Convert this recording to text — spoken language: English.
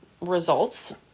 results